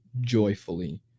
joyfully